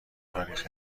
تاریخ